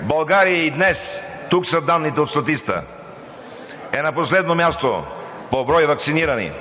България и днес – тук са данните от статистиката (показва), е на последно място по брой ваксинирани